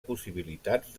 possibilitats